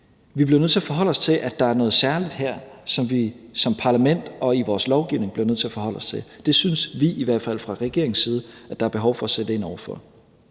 Vi bliver nødt til at forholde os til, at der er noget særligt her, som vi som parlament og i vores lovgivning bliver nødt til at forholde os til. Vi synes i hvert fald fra regeringens side, at der er behov for at sætte ind over for